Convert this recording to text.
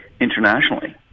internationally